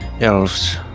elves